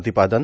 प्रतिपादन